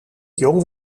jong